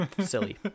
silly